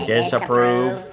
Disapprove